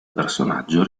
personaggio